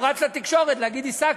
הוא רץ לתקשורת להגיד: השגתי.